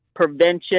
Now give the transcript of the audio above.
prevention